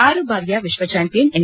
ಆರು ಬಾರಿಯ ವಿಶ್ವ ಚಾಂಪಿಯನ್ ಎಂ